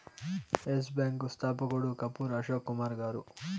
yes Bank స్థాపకుడు కపూర్ అశోక్ కుమార్ గారు